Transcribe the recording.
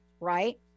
right